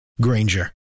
Granger